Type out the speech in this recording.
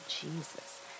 Jesus